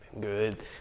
Good